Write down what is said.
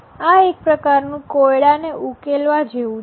આ એક પ્રકારનું કોયડા ને ઉકેલવા જેવું છે